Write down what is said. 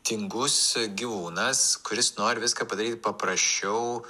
tingus gyvūnas kuris nori viską padaryti paprasčiau